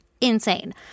insane